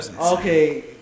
Okay